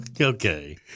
okay